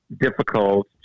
difficult